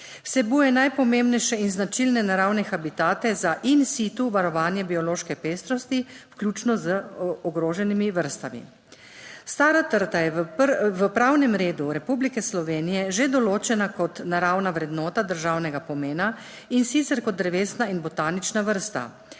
Vsebuje najpomembnejše in značilne naravne habitate za / nerazumljivo/ varovanje biološke pestrosti vključno z ogroženimi vrstami. Stara trta je v pravnem redu Republike Slovenije že določena kot naravna vrednota državnega pomena in sicer kot drevesna in botanična vrsta